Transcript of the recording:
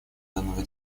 данного